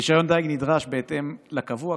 רישיון דיג נדרש בהתאם לקבוע,